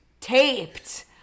Taped